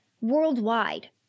worldwide